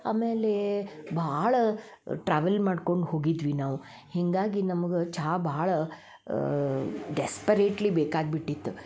ಆಮೇಲೆ ಭಾಳ ಟ್ರಾವೆಲ್ ಮಾಡ್ಕೊಂಡು ಹೋಗಿದ್ವಿ ನಾವು ಹೀಗಾಗಿ ನಮ್ಗೆ ಚಾ ಭಾಳ ಡೆಸ್ಪರೇಟ್ಲಿ ಬೇಕಾಗ್ಬಿಟ್ಟಿತ್ತು